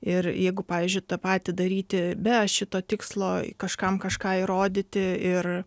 ir jeigu pavyzdžiui tą patį daryti be šito tikslo kažkam kažką įrodyti ir